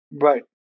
Right